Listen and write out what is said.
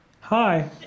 Hi